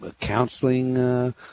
counseling